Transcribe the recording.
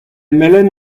melen